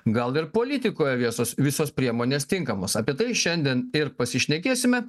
gal ir politikoje viesos visos priemonės tinkamos apie tai šiandien ir pasišnekėsime